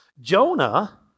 Jonah